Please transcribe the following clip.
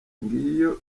ngiyo